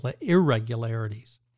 irregularities